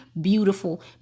beautiful